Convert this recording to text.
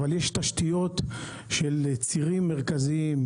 אבל יש תשתיות של צירים מרכזיים,